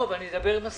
אני אדבר עם האוצר.